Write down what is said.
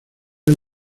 del